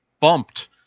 bumped